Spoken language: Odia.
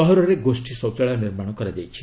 ସହରରେ ଗୋଷ୍ଠୀ ଶୌଚାଳୟ ନିର୍ମାଣ କରାଯାଇଛି